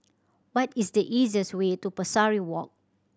what is the easiest way to Pesari Walk